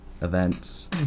events